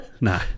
No